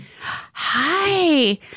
Hi